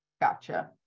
Gotcha